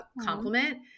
compliment